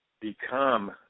become